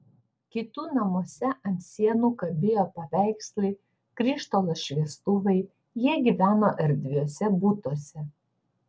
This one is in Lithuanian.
kitų namuose ant sienų kabėjo paveikslai krištolo šviestuvai jie gyveno erdviuose butuose